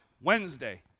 Wednesday